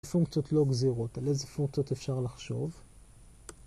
פונקציות לא גזירות, על איזה פונקציות אפשר לחשוב?